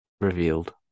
revealed